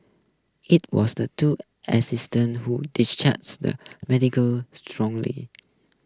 it was the two assistant who distrust the medical strongly